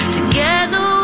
Together